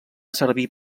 servir